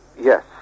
Yes